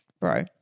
bro